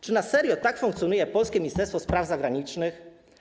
Czy na serio tak funkcjonuje polskie Ministerstwo Spraw Zagranicznych?